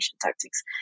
tactics